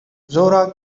zora